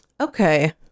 okay